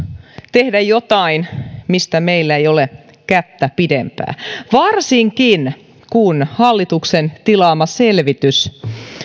tehdä jotain mistä meillä ei ole kättä pidempää varsinkin kun hallituksen tilaama selvitys